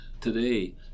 today